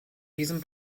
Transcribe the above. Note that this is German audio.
diesem